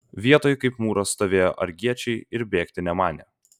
vietoj kaip mūras stovėjo argiečiai ir bėgti nemanė